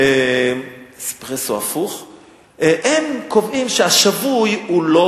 הם קובעים ש"השבוי" הוא לא